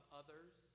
others